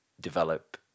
develop